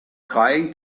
trying